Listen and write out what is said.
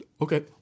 Okay